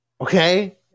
Okay